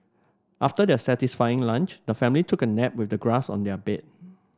after their satisfying lunch the family took a nap with the grass on their bed